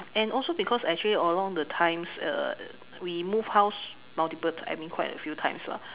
and also because actually along the times uh we moved house multiple time I mean quite a few times lah